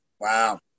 Wow